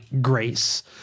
grace